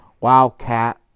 Wildcat